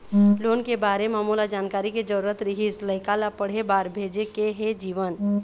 loan के बारे म मोला जानकारी के जरूरत रीहिस, लइका ला पढ़े बार भेजे के हे जीवन